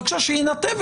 שנה.